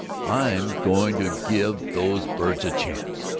i'm going to give those birds a chance!